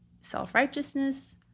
self-righteousness